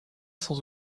sans